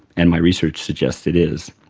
and my research suggests it is,